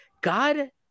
God